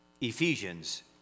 Ephesians